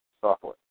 software